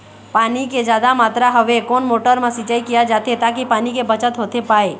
पानी के जादा मात्रा हवे कोन मोटर मा सिचाई किया जाथे ताकि पानी के बचत होथे पाए?